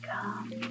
come